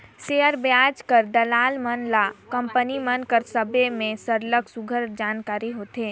share बजार के दलाल मन ल कंपनी मन कर बिसे में सरलग सुग्घर जानकारी होथे